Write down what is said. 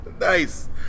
Nice